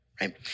right